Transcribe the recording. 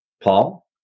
Paul